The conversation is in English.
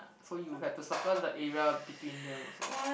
so you have to circle the area between them also